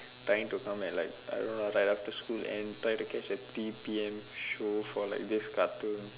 trying to come back like I don't know it's like after school end try to catch the three P_M show for like this cartoon